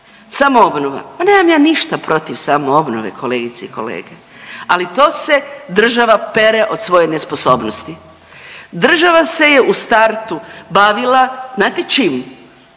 Samoobnova. Pa nemam ja ništa protiv samoobnove, kolegice i kolege, ali to se država pere od svoje nesposobnosti. Država se je u startu bavila, znate čim,